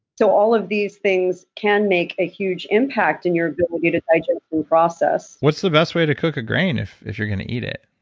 so all of these things can make a huge impact in your ability to digest and process what's the best way to cook a grain, if if you're going to eat it?